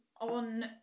on